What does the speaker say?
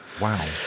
Wow